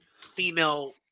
female